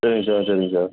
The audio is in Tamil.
சரிங்க சார் சரிங்க சார்